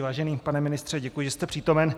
Vážený pane ministře, děkuji, že jste přítomen.